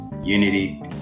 unity